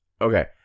Okay